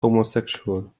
homosexual